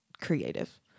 creative